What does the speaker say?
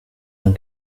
d’un